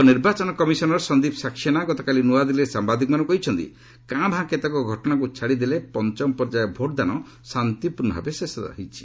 ଉପନିର୍ବାଚନ କମିଶନର ସନ୍ଦୀପ ସାକ୍ସେନା ଗତକାଲି ନ୍ତଆଦିଲ୍ବୀରେ ସାମ୍ବାଦିକମାନଙ୍କୁ କହିଛନ୍ତି କାଁଭାଁ କେତେକ ଘଟଣାକୁ ଛାଡ଼ିଦେଲେ ପଞ୍ଚମ ପର୍ଯ୍ୟାୟ ଭୋଟ୍ଦାନ ଶାନ୍ତିପୂର୍ଣ୍ଣ ଭାବେ ଶେଷ ହୋଇଛି